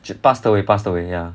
she passed away passed away ya